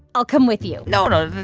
i'll come with you no, no.